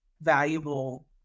valuable